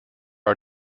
are